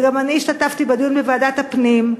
וגם אני השתתפתי בדיון בוועדת הפנים,